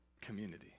Community